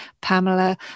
Pamela